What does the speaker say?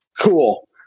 cool